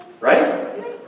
Right